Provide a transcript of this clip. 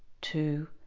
two